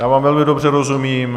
Já vám velmi dobře rozumím.